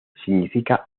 significa